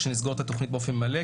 כשנסגור את התוכנית באופן מלא,